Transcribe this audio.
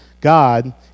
God